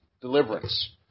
deliverance